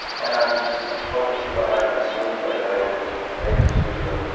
and i'm hopelessly behind on a screenplay that i owe to a major studio.